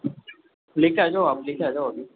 लेके आ जाओ आप लेके आजाओ आप